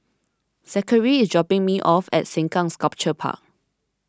Zackery is dropping me off at Sengkang Sculpture Park